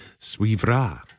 suivra